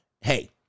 hey